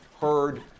heard